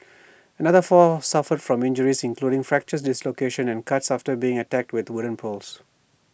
another four suffered from injuries including fractures dislocations and cuts after being attacked with wooden poles